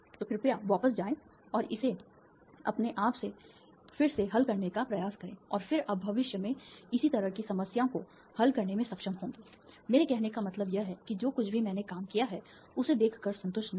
तो कृपया वापस जाएं और इसे अपने आप से खरोंच से फिर से हल करने का प्रयास करें और फिर आप भविष्य में इसी तरह की समस्याओं को हल करने में सक्षम होंगे मेरे कहने का मतलब यह है कि जो कुछ भी मैंने काम किया है उसे देखकर संतुष्ट न हों